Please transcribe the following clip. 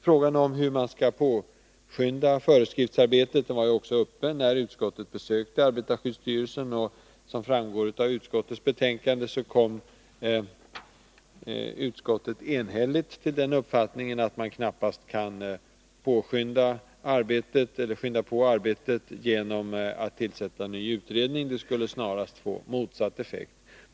Frågan om hur man skall påskynda föreskriftsarbetet var också uppe när utskottet besökte arbetarskyddsstyrelsen, och som framgår av betänkandet kom utskottet enhälligt till den uppfattningen att man knappast kan skynda på arbetet genom att tillsätta en ny utredning; det skulle snarare få motsatt effekt.